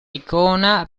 icona